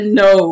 no